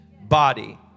body